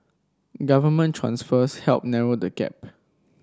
government transfers helped narrow the gap